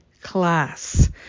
class